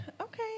okay